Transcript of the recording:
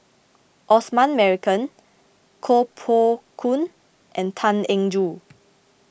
Osman Merican Koh Poh Koon and Tan Eng Joo